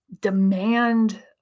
demand